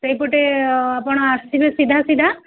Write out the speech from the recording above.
ସେଇପଟେ ଆପଣ ଆସିବେ ସିଧା ସିଧା